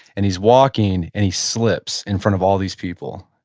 and he's walking, and he slips in front of all these people.